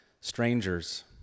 Strangers